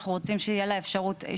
אנחנו רוצים שתהיה לה האפשרות.